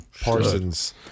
Parsons